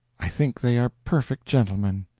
i think they are perfect gentlemen.